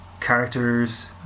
characters